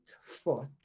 foot